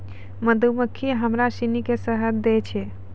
मधुमक्खी हमरा सिनी के शहद दै छै